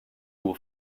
will